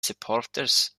supporters